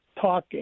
talk